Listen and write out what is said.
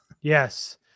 Yes